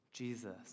Jesus